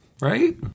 Right